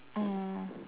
oh